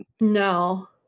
no